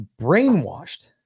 brainwashed